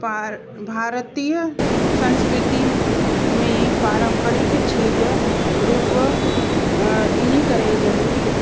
पाणि भारतीअ संस्कृति में पारंपरिक छेॼ रूप इनकरे ज़रूरी